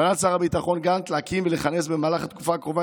בכוונת שר הביטחון להקים ולכנס במהלך התקופה הקרובה